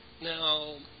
Now